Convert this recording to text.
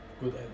Good